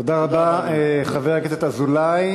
תודה רבה, חבר הכנסת אזולאי.